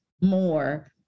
more